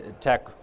tech